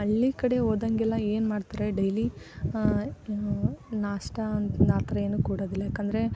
ಹಳ್ಳಿ ಕಡೆ ಹೋದಂತೆಲ್ಲ ಏನ್ಮಾಡ್ತಾರೆ ಡೈಲಿ ಏನು ನಾಷ್ಟ ಅಂತ ಆ ಥರ ಏನೂ ಕೊಡೋದಿಲ್ಲ ಏಕೆಂದರೆ